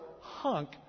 hunk